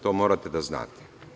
To morate da znate.